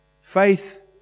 faith